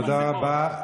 תודה רבה.